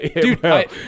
Dude